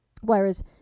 whereas